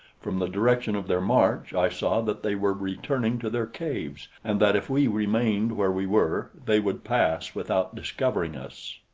from the direction of their march i saw that they were returning to their caves, and that if we remained where we were, they would pass without discovering us.